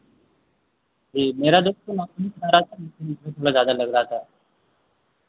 जी मेरा ज़्यादा लग रहा था